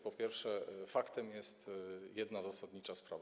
Po pierwsze, faktem jest jedna zasadnicza sprawa.